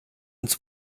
ins